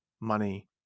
money